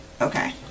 Okay